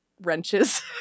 wrenches